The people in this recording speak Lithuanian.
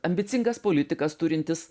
ambicingas politikas turintis